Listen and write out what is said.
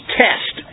test